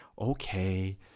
Okay